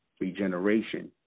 regeneration